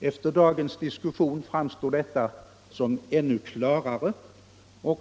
Efter dagens diskussion framstår detta ännu klarare.